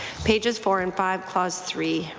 pages four and five clause three,